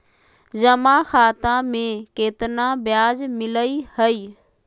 जमा खाता में केतना ब्याज मिलई हई?